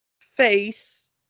face